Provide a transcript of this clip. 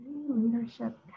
Leadership